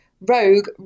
rogue